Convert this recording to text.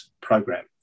program